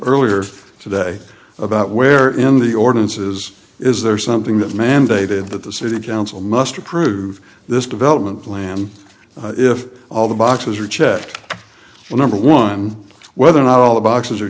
earlier today about where in the ordinance is is there something that mandated that the city council must approve this development plan if all the boxes are checked number one whether or not all the boxes are